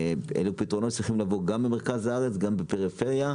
הפתרונות צריכים להיות גם במרכז הארץ וגם בפריפריה.